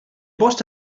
bost